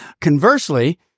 Conversely